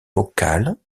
vocales